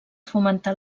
fomentar